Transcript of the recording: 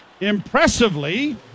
impressively